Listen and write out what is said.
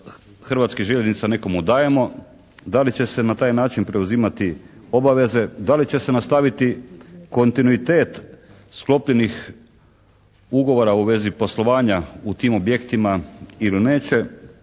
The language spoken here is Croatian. Hrvatskih željeznica nekomu dajemo. Da li će se na taj način preuzimati obaveze, da li će se nastaviti kontinuitet sklopljenih ugovora u vezi poslovanja u tim objektima ili neće,